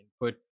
input